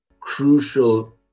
crucial